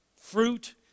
fruit